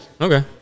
okay